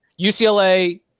UCLA